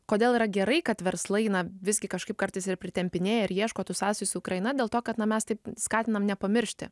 kodėl yra gerai kad verslai na visgi kažkaip kartais ir pritempinėja ir ieško tų sąsajų su ukraina dėl to kad na mes taip skatinam nepamiršti